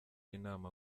inama